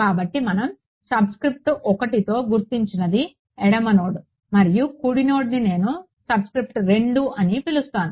కాబట్టి మనం సబ్స్క్రిప్ట్ 1తో గుర్తించినది ఎడమ నోడ్ మరియు కుడి నోడ్ని నేను సబ్స్క్రిప్ట్ 2 అని పిలుస్తున్నాను